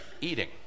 eating